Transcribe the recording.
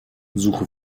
suche